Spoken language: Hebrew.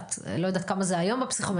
אני לא יודעת כמה זה היום בפסיכומטרי